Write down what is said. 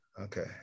Okay